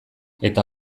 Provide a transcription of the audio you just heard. eta